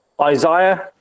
Isaiah